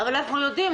אבל אנחנו יודעים,